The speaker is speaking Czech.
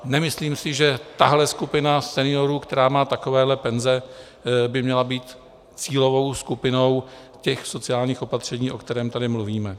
Nemyslím si, že tahle skupina seniorů, která má takovéhle penze, by měla být cílovou skupinou těch sociálních opatření, o kterém tady mluvíme.